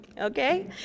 Okay